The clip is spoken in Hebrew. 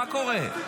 מה קורה?